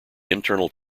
internal